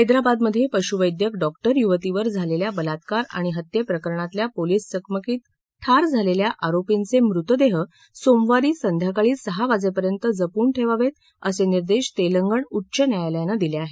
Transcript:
हैदराबादमधे पशुवैद्यक डॉक्टर युवतीवर झालेल्या बलात्कार आणि हत्येप्रकरणातल्या पोलिस चकमकीत ठार झालेल्या आरोपींचे मृतदेह सोमवारी संध्याकाळी सहा वाजेपर्यंत जपून ठेवावेत असे निर्देश तेलंगण उच्च न्यायालयानं दिले आहेत